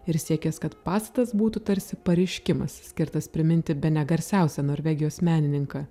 ir siekęs kad pastatas būtų tarsi pareiškimas skirtas priminti bene garsiausią norvegijos menininką